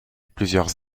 plusieurs